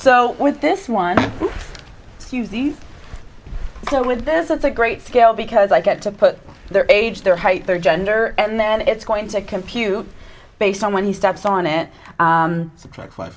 so with this one to use these so with this it's a great scale because i get to put their age their height their gender and then it's going to compute based on when he steps on it